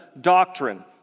doctrine